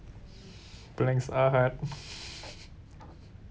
planks are hard